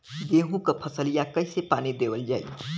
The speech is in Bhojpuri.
गेहूँक फसलिया कईसे पानी देवल जाई?